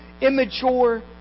immature